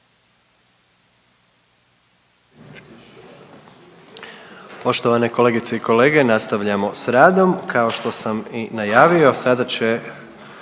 Poštovane kolegice i kolege, nastavljamo s radom kao što sam i najavio sada će